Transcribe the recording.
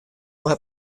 mei